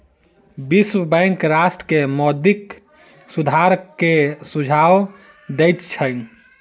विश्व बैंक राष्ट्र के मौद्रिक सुधार के सुझाव दैत छै